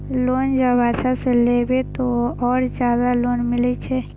Loan जब अच्छा से चलेबे तो और ज्यादा लोन मिले छै?